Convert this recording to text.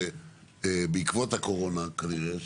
בעקבות הקורונה כנראה,